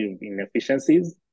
inefficiencies